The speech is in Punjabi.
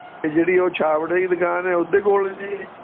ਅਤੇ ਜਿਹੜੀ ਉਹ ਸ਼ਾਬਟ ਵਾਲੀ ਦੁਕਾਨ ਹੈ ਉਹਦੇ ਕੋਲ ਜੀ